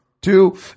two